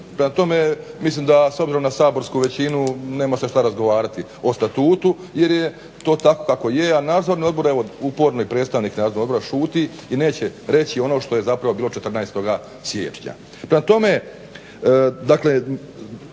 prema tome mislim da s obzirom na saborsku većinu nema se šta razgovarati o statutu jer je to tako kako je, a Nadzorni odbor, uporno i predstavnik Nadzornog odbora šuti i neće reći ono što je bilo 14. siječnja. Prema tome dakle